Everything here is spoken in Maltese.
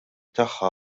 tagħha